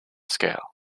scale